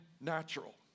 natural